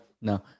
no